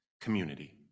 community